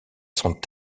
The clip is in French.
sont